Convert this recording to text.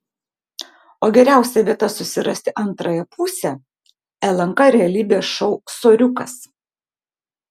o geriausia vieta susirasti antrąją pusę lnk realybės šou soriukas